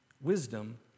Wisdom